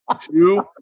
Two